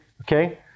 Okay